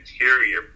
interior